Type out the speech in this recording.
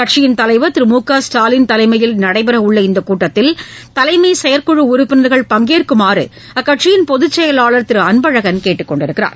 கட்சியின் தலைவர் திரு மு க ஸ்டாலின் தலைமையில் நடைபெறவுள்ள இந்தக் கூட்டத்தில் தலைமை செயற்குழு உறுப்பினர்கள் பங்கேற்குமாறு அக்கட்சியிள் பொதுச் செயலாளர் திரு அன்பழகள் கேட்டுக் கொண்டுள்ளார்